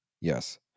Yes